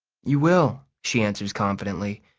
you will, she answers confidently.